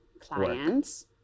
clients